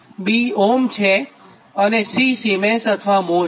B ohm છે અને C siemens અથવા મ્હો છે